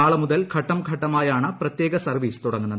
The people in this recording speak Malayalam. നാളെ മുതൽ ഘട്ടംഘട്ടമായാണ് പ്രത്യേക സർവ്വീസ് തുടങ്ങുന്നത്